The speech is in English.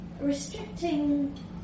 Restricting